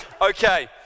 Okay